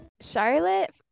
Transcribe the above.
Charlotte